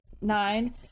Nine